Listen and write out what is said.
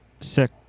sick